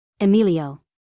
Emilio